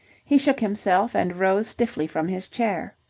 he shook himself, and rose stiffly from his chair.